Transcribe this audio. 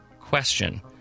question